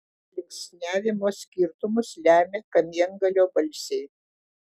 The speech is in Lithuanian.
linksniavimo skirtumus lemia kamiengalio balsiai